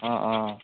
অঁ অঁ